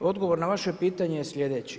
Odgovor na vaše pitanje je sljedeći.